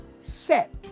set